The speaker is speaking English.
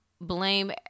blame